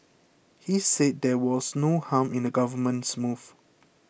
he said there was no harm in the Government's move